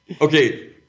okay